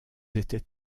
étaient